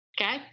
Okay